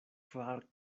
kvar